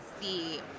see